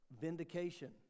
vindication